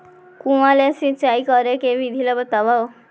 कुआं ले सिंचाई करे के विधि ला बतावव?